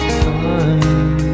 time